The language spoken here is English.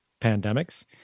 pandemics